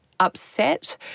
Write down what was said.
upset